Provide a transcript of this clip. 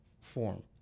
form